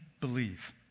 believe